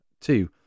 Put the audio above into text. two